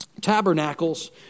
tabernacles